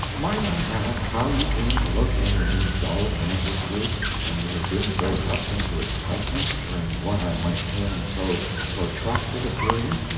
might i ask how you came to locate in these dull kansas woods, when you have been so accustomed to excitement during what i might term so protracted a period,